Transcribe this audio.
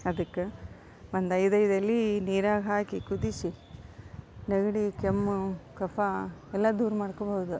ಅದಕ್ಕೆ ಒಂದೈದೈದು ಎಲೆ ನೀರಾಗ ಹಾಕಿ ಕುದಿಸಿ ನೆಗಡಿ ಕೆಮ್ಮು ಕಫ ಎಲ್ಲ ದೂರ ಮಾಡ್ಕೊಬೋದು